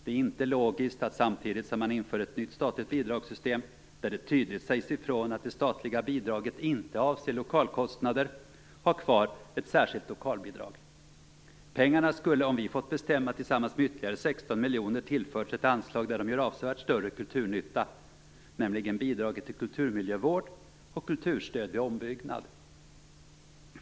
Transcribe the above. Det är inte logiskt att samtidigt som man inför ett nytt statligt bidragssystem där det tydligt sägs ifrån att det statliga bidraget inte avser lokalkostnader ha kvar ett särskilt lokalbidrag. Pengarna skulle, om vi fått bestämma, tillsammans med ytterligare 16 miljoner ha tillförts ett anslag där de gör avsevärt större kulturnytta, nämligen bidraget till kulturmiljövård och kulturstöd vid ombyggnad.